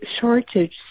shortage